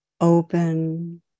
open